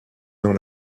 dans